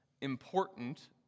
important